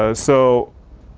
ah so,